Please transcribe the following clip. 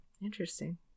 Interesting